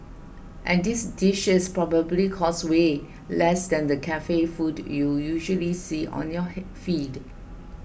and these dishes probably cost way less than the cafe food you usually see on your head feed